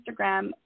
Instagram